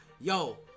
yo